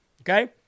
Okay